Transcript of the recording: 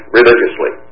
religiously